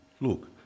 Look